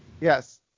Yes